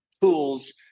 tools